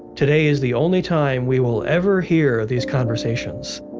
today is the only time we will ever hear of these conversations.